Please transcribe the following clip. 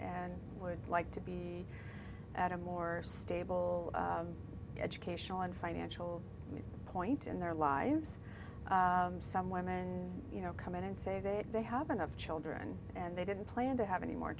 and would like to be at a more stable educational and financial point in their lives some women you know come in and say that they have enough children and they didn't plan to have any more